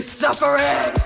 suffering